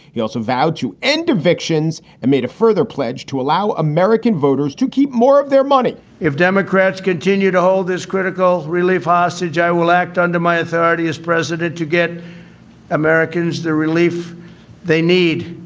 he also vowed to end evictions and made a further pledge to allow american voters to keep more of their money if democrats continue to hold this critical relief hostage i will act under my authority as president to get americans the relief they need.